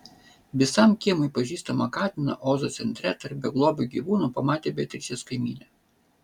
visam kiemui pažįstamą katiną ozo centre tarp beglobių gyvūnų pamatė beatričės kaimynė